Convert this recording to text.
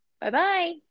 bye-bye